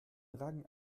rang